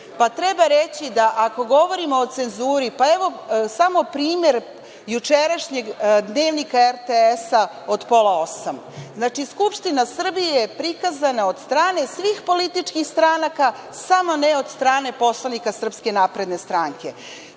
RTS treba reći da ako govorimo o cenzuri evo samo primer jučerašnjeg Dnevnika RTS od pola osam. Skupština Srbije je prikazana od svih političkih stranaka, samo ne od strane poslanika SNS.Priča o tome